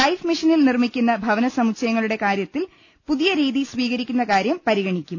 life മിഷനിൽ നിർമിക്കുന്ന ഭവന സമുച്ചയങ്ങളുടെ കാര്യത്തിൽ പുതിയ രീതി സ്ഥീകരിക്കുന്ന കാര്യം പരിഗണിക്കും